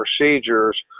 procedures